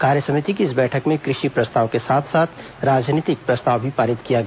कार्यसमिति की इस बैठक में कृषि प्रस्ताव के साथ साथ राजनीतिक प्रस्ताव भी पारित किया गया